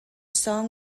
song